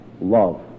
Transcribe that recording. love